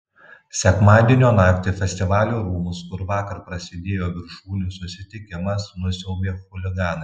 sekmadienio naktį festivalių rūmus kur vakar prasidėjo viršūnių susitikimas nusiaubė chuliganai